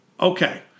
Okay